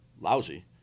lousy